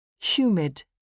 humid